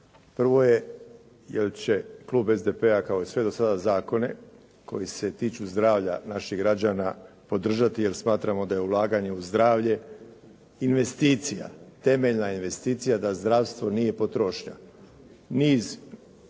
Prvo je jer će klub SDP-a, kao i sve do sada zakone koji se tiču zdravlja naših građana, podržati jer smatrao da je ulaganje u zdravlje investicija, temeljna investicija da zdravstvo nije potrošnja.